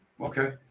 Okay